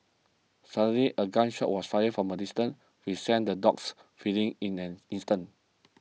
suddenly a gun shot was fired from a distance which sent the dogs fleeing in an instant